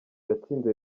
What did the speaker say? yatsinze